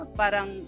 parang